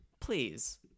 please